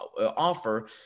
offer